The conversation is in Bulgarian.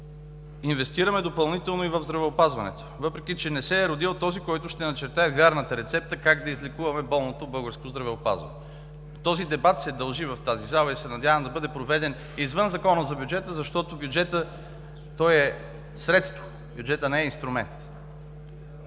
Инвестираме допълнително и в здравеопазването, въпреки че не се е родил този, който ще начертае вярната рецепта как да излекуваме болното българско здравеопазване. Този дебат се дължи в тази зала и се надявам да бъде проведен извън Закона за бюджета, защото бюджетът е средство, бюджетът не е инструмент.